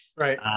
Right